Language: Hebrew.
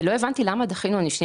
לא הבנתי למה דחינו ל-1 בפברואר.